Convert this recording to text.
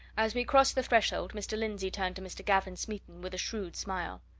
as we crossed the threshold, mr. lindsey turned to mr. gavin smeaton with a shrewd smile.